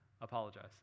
Apologize